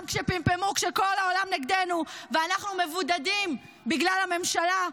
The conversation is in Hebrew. גם שפמפמו שכל העולם נגדנו ואנחנו מבודדים בגלל הממשלה,